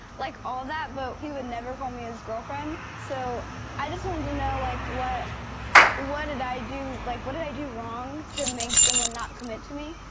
like all that, but he would never call me his girlfriend. so i just wanted to know, like what what did i do, like what did i do wrong to make someone not commit to me?